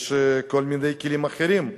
יש כל מיני כלים אחרים.